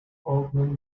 altman